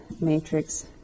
matrix